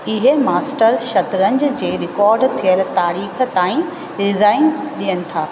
इहे मास्टर शतरंज जे रिकॉर्ड थियल तारीख़ ताईं रिज़ाईन ॾियनि था